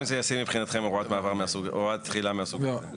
היא אם הוראת תחילה מהסוג הזה ישימה מבחינתכם.